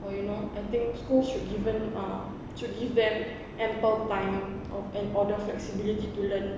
well you know I think schools should given ah should give them ample time or and or the flexibility to learn